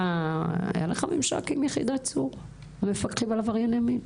היה לך ממשק עם יחידת צור שמפקחים על עברייני מין?